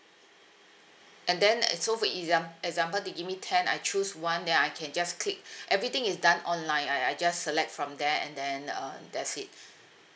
and then uh so for exam~ example they give me ten I choose one then I can just click everything is done online I I just select from there and then uh that's it